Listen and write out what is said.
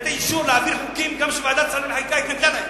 נתתי אישור להעביר חוקים גם כשוועדת השרים לחקיקה התנגדה להם.